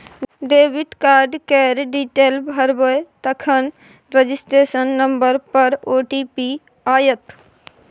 debit card केर detail भरबै तखन रजिस्टर नंबर पर ओ.टी.पी आएत